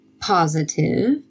positive